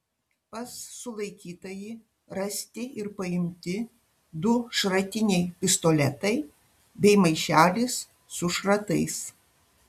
pas sulaikytąjį rasti ir paimti du šratiniai pistoletai bei maišelis su šratais